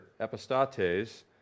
epistates